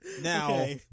Now